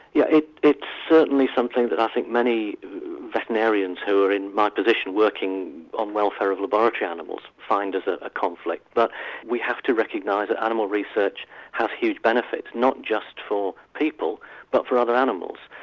yeah it it certainly is something that i think many veterinarians who are in my position working on welfare of laboratory animals find as a conflict. but we have to recognise that animal research has huge benefits, not just for people but for other animals.